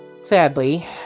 sadly